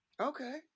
Okay